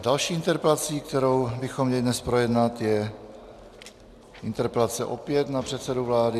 Další interpelací, kterou bychom měli dnes projednat, je interpelace opět na předsedu vlády.